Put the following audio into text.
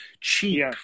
Cheap